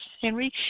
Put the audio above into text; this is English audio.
Henry